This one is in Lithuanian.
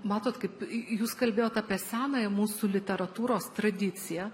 matot kaip jūs kalbėjot apie senąją mūsų literatūros tradiciją